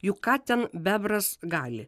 juk ką ten bebras gali